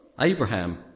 Abraham